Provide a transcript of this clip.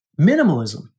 minimalism